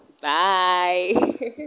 bye